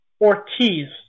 Ortiz